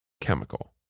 chemical